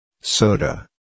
Soda